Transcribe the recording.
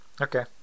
Okay